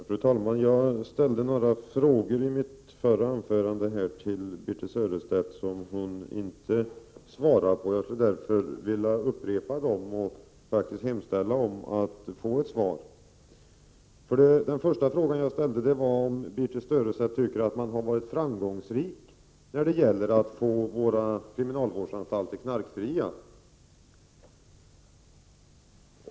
Fru talman! Jag ställde i mitt förra anförande några frågor till Birthe Sörestedt som hon inte svarade på. Jag vill därför upprepa dem och faktiskt hemställa om att få ett svar. Den första frågan gällde om Birthe Sörestedt tycker att man har varit framgångsrik när det gäller att få kriminalvårdsanstalterna knarkfria.